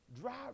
drive